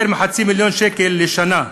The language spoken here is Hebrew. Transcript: יותר מחצי מיליון שקל לשנה.